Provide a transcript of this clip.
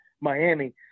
Miami